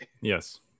yes